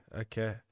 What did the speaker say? okay